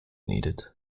needed